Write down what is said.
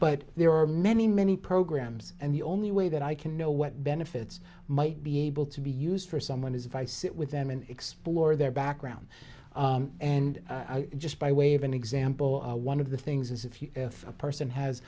but there are many many programs and the only way that i can know what benefits might be able to be used for someone is if i sit with them and explore their background and just by way of an example one of the things is if you if a person has